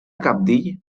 cabdill